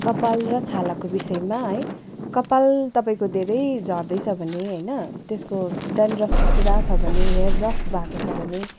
कपाल र छालाको विषयमा है कपाल तपाईँको धेरै झर्दैछ भने होइन त्यसको डेनड्रफ पुरा छ भने हेयर रफ भएको छ भने